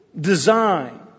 design